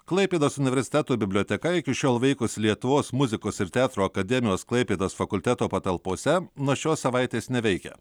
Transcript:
klaipėdos universiteto biblioteka iki šiol veikus lietuvos muzikos ir teatro akademijos klaipėdos fakulteto patalpose nuo šios savaitės neveikia